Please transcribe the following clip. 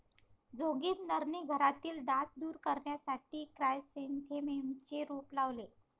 जोगिंदरने घरातील डास दूर करण्यासाठी क्रायसॅन्थेममचे रोप लावले